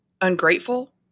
ungrateful